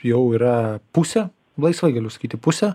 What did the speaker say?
jau yra pusė laisvai galiu sakyti pusė